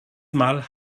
mal